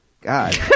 God